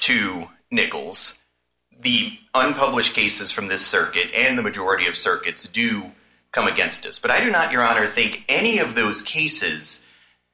to nichols the unpublished cases from this circuit in the majority of circuits do come against us but i do not your honor think any of those cases